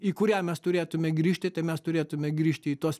į kurią mes turėtume grįžti tai mes turėtume grįžti į tuos